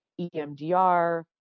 EMDR